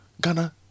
ghana